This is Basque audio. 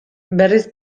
berriz